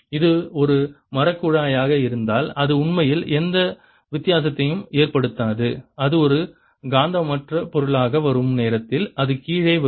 இது ஒரு மரக் குழாயாக இருந்தால் அது உண்மையில் எந்த வித்தியாசத்தையும் ஏற்படுத்தாது அது ஒரு காந்தமற்ற பொருளாக வரும் நேரத்தில் அது கீழே வரும்